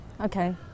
Okay